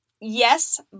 Yes